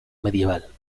medieval